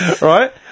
Right